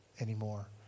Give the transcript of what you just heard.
anymore